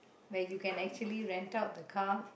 where you can actually rent out the car